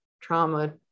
trauma